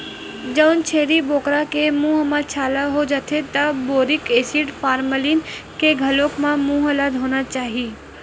जउन छेरी बोकरा के मूंह म छाला हो जाथे त बोरिक एसिड, फार्मलीन के घोल म मूंह ल धोना चाही